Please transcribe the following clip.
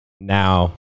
Now